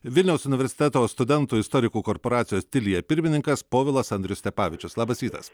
vilniaus universiteto studentų istorikų korporacijos tilia pirmininkas povilas andrius stepavičius labas rytas